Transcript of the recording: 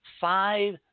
five